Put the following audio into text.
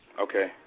Okay